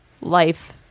life